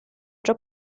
già